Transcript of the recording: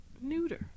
Neuter